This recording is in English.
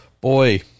boy